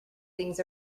things